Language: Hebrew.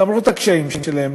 למרות הקשיים שלהם,